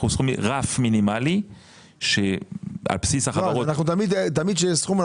יש רף מינימלי --- תמיד כשיש סכום,